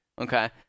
Okay